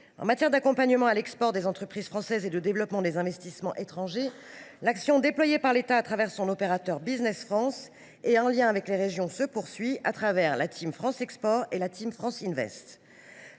En matière d’accompagnement à l’export des entreprises françaises et de développement des investissements étrangers, l’action déployée par l’État au travers de son opérateur Business France, en lien avec les régions, se poursuit au travers de la et de la. Par ailleurs,